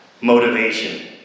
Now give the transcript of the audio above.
motivation